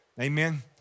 amen